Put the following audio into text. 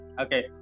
okay